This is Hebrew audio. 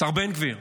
השר בן גביר,